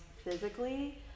physically